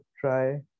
try